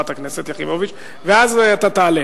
חברת הכנסת יחימוביץ, ואז תעלה.